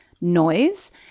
noise